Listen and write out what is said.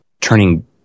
turning